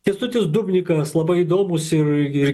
kęstutis dubnikas labai įdomūs ir ir